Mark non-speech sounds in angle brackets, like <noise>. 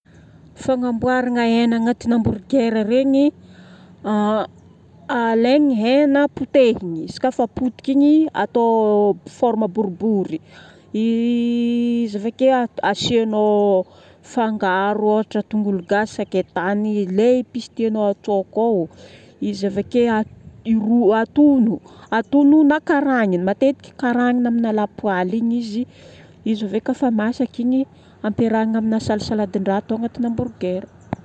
Fagnamboaragna hena agnatina hamburger regny: <hesitation> alaigna, hena potehigna. Izy koafa potika igny, atao forme boribory. I <hesitation> izy avake asiagnao fangaro ôhatra tongolo gasy, sakaitany, lay episy tianao atao akao. Izy avake a <hesitation> iro- atono. Atono na karagnina. Matetiky karagnina amina lapoaly igny izy. Izy ave kafa masaka igny, ampiarahagna amina salasaladin-draha, atao agnatina hamburger.